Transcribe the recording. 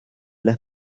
las